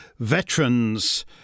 veterans